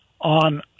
on